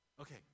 Okay